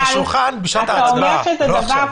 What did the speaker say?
לשולחן בשעת ההצבעה.